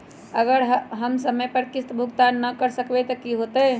अगर हम समय पर किस्त भुकतान न कर सकवै त की होतै?